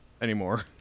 anymore